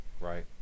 Right